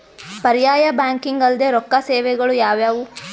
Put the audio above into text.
ಪರ್ಯಾಯ ಬ್ಯಾಂಕಿಂಗ್ ಅಲ್ದೇ ರೊಕ್ಕ ಸೇವೆಗಳು ಯಾವ್ಯಾವು?